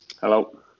Hello